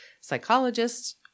psychologists